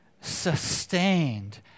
sustained